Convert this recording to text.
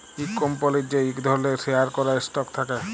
ইক কম্পলির যে ইক ধরলের শেয়ার ক্যরা স্টক থাক্যে